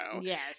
yes